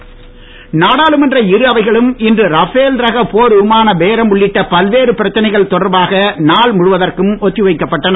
நாடாளுமன்றம் நாடாளுமன்ற இரு அவைகளும் இன்று ரபேல் ரக போர் விமான பேரம் உள்ளிட்ட பல்வேறு பிரச்சனைகள் தொடர்பாக நாள் முழுவதற்கும் ஒத்தி வைக்கப்பட்டன